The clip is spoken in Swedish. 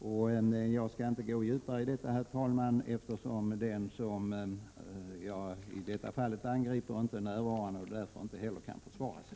Men jag skall, som sagt, inte gå in på detaljer, eftersom den som jag angriper inte är närvarande och därför inte kan försvara sig.